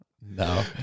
No